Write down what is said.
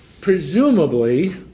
presumably